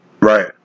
Right